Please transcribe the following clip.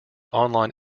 online